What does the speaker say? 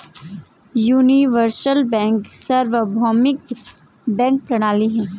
universal bank सार्वभौमिक bank प्रणाली है